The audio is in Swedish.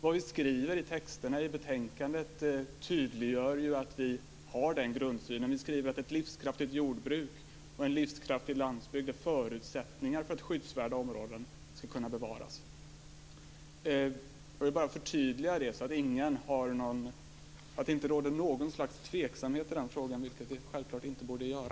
Vad vi skriver i texten i betänkandet tydliggör att vi har den grundsynen. Vi skriver att ett livskraftigt jordbruk och en livskraftig landsbygd är förutsättningar för att skyddsvärda områden ska kunna bevaras. Jag vill bara förtydliga det, så att det inte råder någon tveksamhet i den frågan, vilket det självfallet inte borde göra.